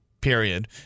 period